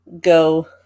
go